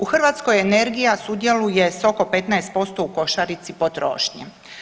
U Hrvatskoj energija sudjeluje s oko 15% u košarici potrošnje.